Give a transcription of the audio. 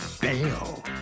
bail